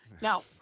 Now